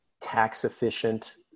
tax-efficient